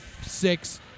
six